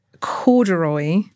corduroy